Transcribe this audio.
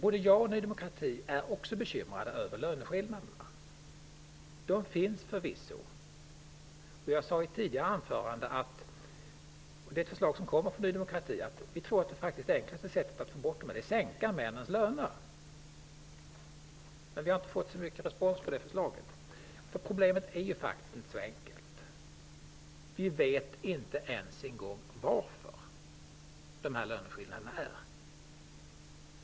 Både jag och Ny demokrati är bekymrade över löneskillnaderna. De finns förvisso. Jag sade i ett tidigare anförande att -- det är ett förslag från Ny demokrati -- det enklaste sättet att få bort dem är att sänka männens löner. Vi har inte fått så mycket respons för vårt förslag. Problemet är inte så enkelt. Vi vet inte ens en gång varför det finns löneskillnader.